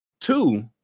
Two